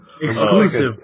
Exclusive